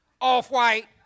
off-white